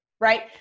right